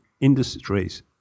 industries